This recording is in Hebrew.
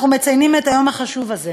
אנחנו מציינים את היום החשוב הזה